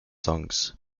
songs